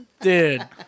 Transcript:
Dude